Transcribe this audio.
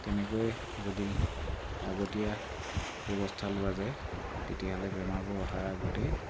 তেনেকৈয়ে যদি আগতীয়া ব্যৱস্থা লোৱা যায় তেতিয়াহ'লে বেমাৰবোৰ অহাৰ আগতেই